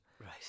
Right